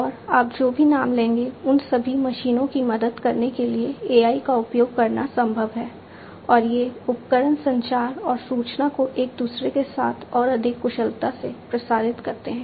और आप जो भी नाम लेंगे उन सभी मशीनों की मदद करने के लिए AI का उपयोग करना संभव है और ये उपकरण संचार और सूचना को एक दूसरे के साथ और अधिक कुशलता से प्रसारित करते हैं